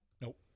Nope